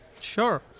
sure